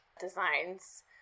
designs